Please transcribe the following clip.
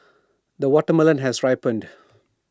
the watermelon has ripened